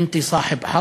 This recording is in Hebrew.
אסור לנו לפחד.